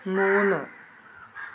മൂന്ന്